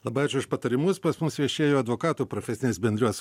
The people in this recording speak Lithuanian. labai ačiū už patarimus pas mus viešėjo advokatų profesinės bendrijos